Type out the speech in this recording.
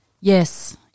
Yes